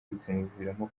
bikamuviramo